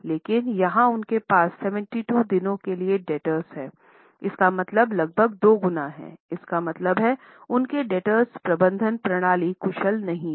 लेकिन यहां उनके पास 72 दिनों के लिए डेब्टर्स हैं इसका मतलब लगभग दोगुना है इसका मतलब है उनके डेब्टर्स प्रबंधन प्रणाली कुशल नहीं है